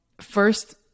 first